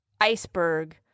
iceberg